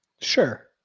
Sure